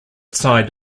side